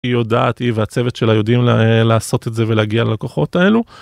היא יודעת, היא והצוות שלה יודעים לעשות את זה ולהגיע ללקוחות האלו.